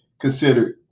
considered